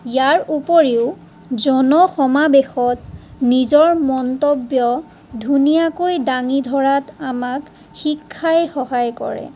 ইয়াৰ উপৰিও জন সমাৱেশত নিজৰ মন্তব্য ধুনীয়াকৈ ডাঙি ধৰাত আমাক শিক্ষাই সহায় কৰে